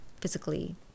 physically